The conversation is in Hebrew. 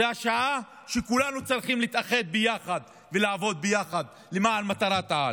זו השעה שבה כולנו צריכים להתאחד ביחד ולעבוד ביחד למען מטרת-על.